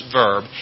verb